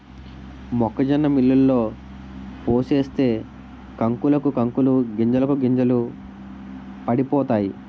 మొక్కజొన్న మిల్లులో పోసేస్తే కంకులకు కంకులు గింజలకు గింజలు పడిపోతాయి